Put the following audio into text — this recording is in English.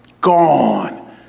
gone